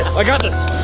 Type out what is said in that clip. i got this.